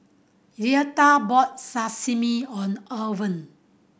Luetta bought Sashimi own Owen